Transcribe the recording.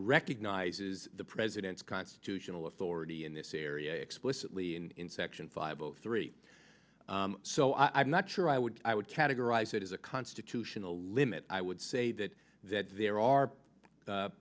recognizes the president's constitutional authority in this area explicitly in section five zero three so i'm not sure i would i would categorize it as a constitutional limit i would say that that there are